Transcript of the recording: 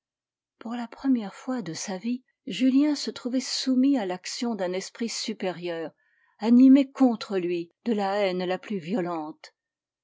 pour la première fois de sa vie julien se trouvait soumis à l'action d'un esprit supérieur animé contre lui de la haine la plus violente